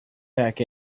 back